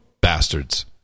bastards